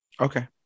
Okay